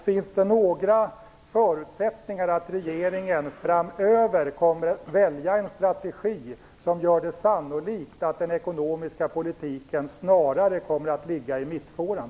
Finns det några förutsättningar att regeringen framöver kommer att välja en strategi som gör det sannolikt att den ekonomiska politiken snarare kommer att ligga i mittfåran?